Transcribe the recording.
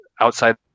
outside